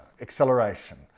acceleration